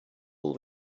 will